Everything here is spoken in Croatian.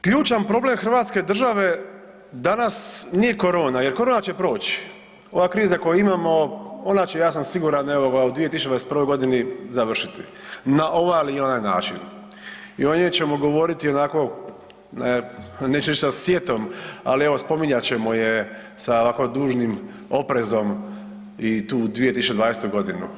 Ključan problem Hrvatske države danas nije korona jer korona će proći, ova kriza koju imamo ona će ja sam siguran u 2021. godini završiti na ovaj ili na onaj način i o njoj ćemo govoriti onako, ha neću reći sa sjetom, ali evo spominjat ćemo sa ovako dužnim oprezom i tu 2020. godinu.